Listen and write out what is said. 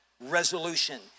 resolution